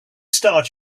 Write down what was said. start